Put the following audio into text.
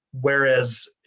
Whereas